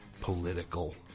Political